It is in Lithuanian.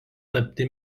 tapti